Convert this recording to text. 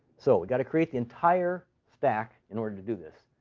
so we've got to create the entire stack in order to do this.